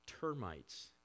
termites